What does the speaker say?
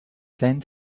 same